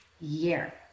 year